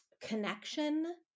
connection